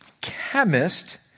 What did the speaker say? chemist